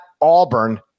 Auburn